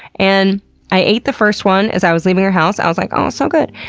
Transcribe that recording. and i ate the first one as i was leaving her house. i was like, oh it's so good!